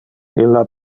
illa